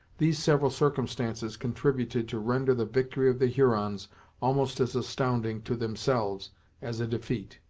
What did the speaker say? these several circumstances contributed to render the victory of the hurons almost as astounding to themselves as a defeat.